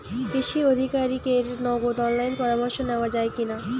কৃষি আধিকারিকের নগদ অনলাইন পরামর্শ নেওয়া যায় কি না?